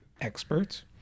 experts